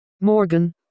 Morgan